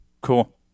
Cool